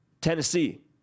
Tennessee